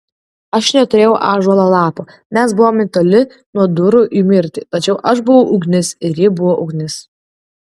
aš neturėjau ąžuolo lapo mes buvome toli nuo durų į mirtį tačiau aš buvau ugnis ir ji buvo ugnis